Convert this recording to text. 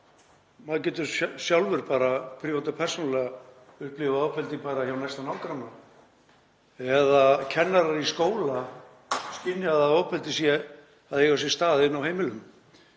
maður getur sjálfur, prívat og persónulega, upplifað ofbeldi bara hjá næsta nágranna eða kennarar í skóla skynjað að ofbeldi sé að eiga sér stað inni á heimilum